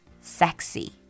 sexy